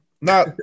Now